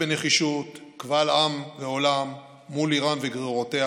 בנחישות קבל עם ועולם מול איראן וגרורותיה,